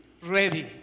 ready